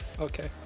Okay